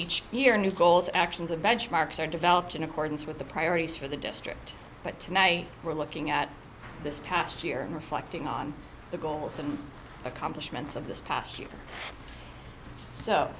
each year a new goals actions of benchmarks are developed in accordance with the priorities for the district but tonight we're looking at this past year and reflecting on the goals and accomplishments of this past year so